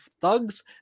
thugs